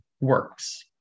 works